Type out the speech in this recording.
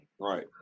right